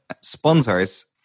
sponsors